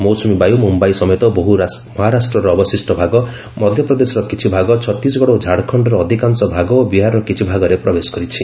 ମୌସୁମୀ ବାୟୁ ମୁମ୍ଯାଇ ସମେତ ମହାରାଷ୍ଟର ଅବଶିଷ୍ଟ ଭାଗ ମଧ୍ୟପ୍ରଦେଶର କିଛି ଭାଗ ଛତିଶଗଡ଼ ଓ ଝାଡ଼ଖଣ୍ଡର ଅଧିକାଂଶ ଭାଗ ଓ ବିହାରର କିଛି ଭାଗରେ ପ୍ରବେଶ କରିଛି